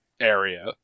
area